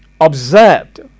observed